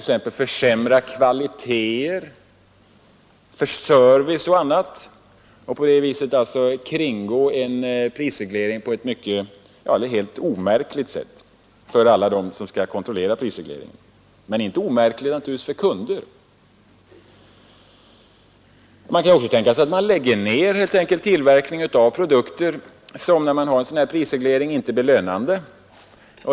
Exempelvis kan kvaliteterna försämras och service minskas så att en prisreglering kringgås på ett helt omärkligt sätt — omärkligt för alla dem som skall kontrollera efterlevnaden av prisregleringen, men kännbart för kunderna. Man kan också tänka sig att tillverkningen läggs ner av sådana produkter som vid en prisreglering inte blir lönande.